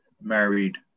married